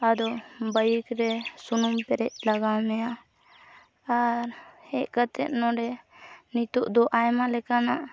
ᱟᱫᱚ ᱵᱟᱭᱤᱠᱨᱮ ᱥᱩᱱᱩᱢ ᱯᱮᱨᱮᱡ ᱞᱟᱜᱟᱣ ᱢᱮᱭᱟ ᱟᱨ ᱦᱮᱡ ᱠᱟᱛᱮ ᱱᱚᱰᱮ ᱱᱤᱛᱚᱜ ᱫᱚ ᱟᱭᱢᱟ ᱞᱮᱠᱟᱱᱟᱜ